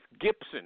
Gibson